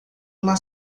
uma